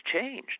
changed